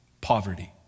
poverty